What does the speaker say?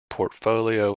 portfolio